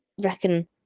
reckon